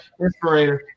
inspirator